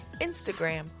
Instagram